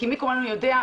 מי כמונו יודע.